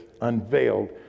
unveiled